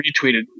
retweeted